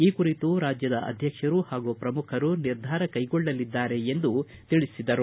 ಈ ಕುರಿತು ರಾಜ್ಯದ ಅಧ್ಯಕ್ಷರು ಹಾಗೂ ಪ್ರಮುಖರು ನಿರ್ಧಾರ ಕೈಗೊಳ್ಳಲಿದ್ದಾರೆ ಎಂದು ತಿಳಿಸಿದರು